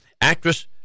actress